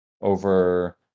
over